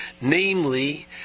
Namely